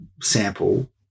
sample